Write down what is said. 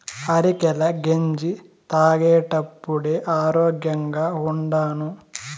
అరికెల గెంజి తాగేప్పుడే ఆరోగ్యంగా ఉండాను